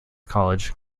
college